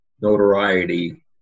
notoriety